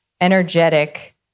energetic